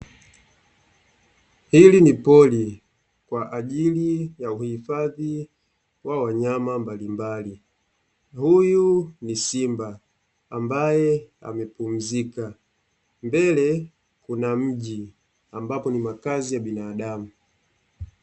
Hili ni pori kwa ajili ya uhifadhi wa wanyama mbalimbali, huyu ni simba ambaye amepumzika, mbele kuna mji ambapo ni makazi ya binadamu.